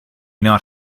not